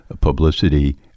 publicity